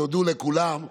תודה לכולם,